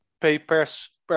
Papers